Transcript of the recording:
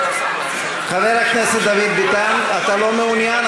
חבר הכנסת דוד ביטן, אתה לא מעוניין?